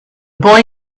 boy